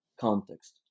context